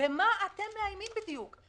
במה אתם מאיימים בדיוק?